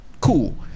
cool